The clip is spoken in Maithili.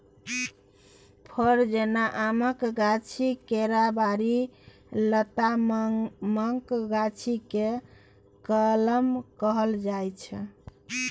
फर जेना आमक गाछी, केराबारी, लतामक गाछी केँ कलम कहल जाइ छै